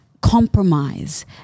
compromise